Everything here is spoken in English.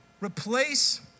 replace